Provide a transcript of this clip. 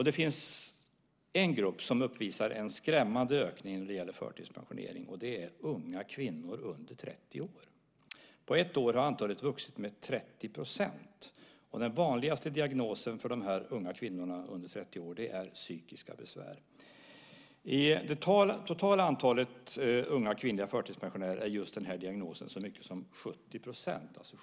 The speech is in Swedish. Det finns en grupp som uppvisar en skrämmande ökning när det gäller förtidspensionering, och det är unga kvinnor under 30 år. På ett år har antalet vuxit med 30 %. Den vanligaste diagnosen för de här unga kvinnorna under 30 år är psykiska besvär. I det totala antalet unga kvinnliga förtidspensionärer utgör just den här diagnosen så mycket som 70 %.